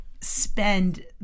spend